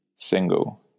Single